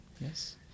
Yes